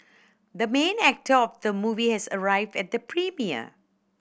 the main actor of the movie has arrived at the premiere